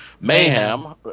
Mayhem